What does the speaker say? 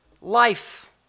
life